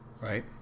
right